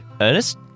Ernest